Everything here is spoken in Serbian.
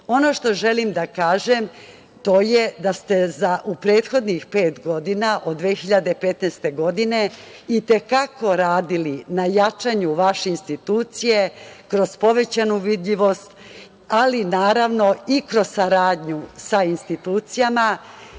što želim da kažem, to je da ste u prethodnih pet godina, od 2015. godine, i te kako radili na jačanju vaše institucije kroz povećanu vidljivost, ali naravno i kroz saradnju sa institucijama.